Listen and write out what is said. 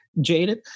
jaded